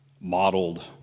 modeled